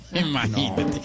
Imagínate